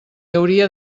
hauria